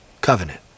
covenant